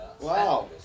Wow